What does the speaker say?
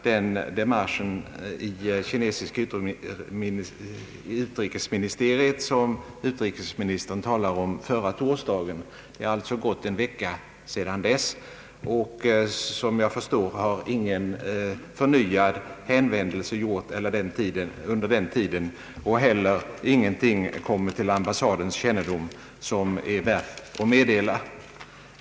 Den demarsch som utrikesministern talade om gjorde ambassadör Petri i Peking förra torsdagen, enligt vad som framgår av tidningarna. Det har alltså gått en vecka sedan dess, och som jag förstår har ingen förnyad hänvändelse gjorts under den tiden och heller ingenting kommit till ambassadens kännedom som är värt att meddela.